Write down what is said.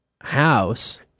house